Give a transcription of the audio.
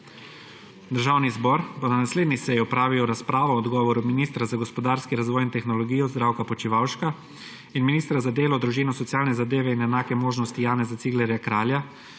Državni zbor bo na naslednji seji opravil razpravo o odgovoru ministra za gospodarski razvoj in tehnologijo Zdravka Počivalška ter ministra za delo, družino, socialne zadeve in enake možnosti Janeza Ciglerja Kralja